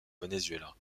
venezuela